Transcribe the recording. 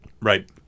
Right